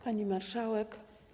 Pani Marszałek!